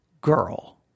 girl